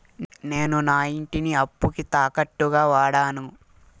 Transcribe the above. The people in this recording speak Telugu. నేను నా ఇంటిని అప్పుకి తాకట్టుగా వాడాను